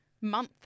month